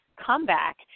comeback